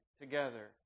together